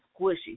squishy